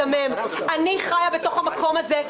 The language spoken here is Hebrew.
אני חיה בתוך המקום הזה.